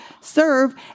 serve